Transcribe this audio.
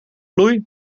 bloei